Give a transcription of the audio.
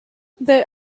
there